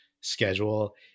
schedule